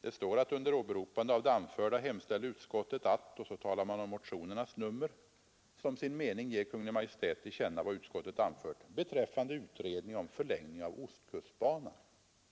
Det står att under åberopande av det anförda hemställer utskottet att riksdagen — och så talar man om motionernas nummer — som sin mening ger Kungl. Maj:t till känna vad utskottet anfört beträffande utredning om förlängning av ostkustbanan